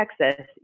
Texas